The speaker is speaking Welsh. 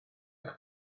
eich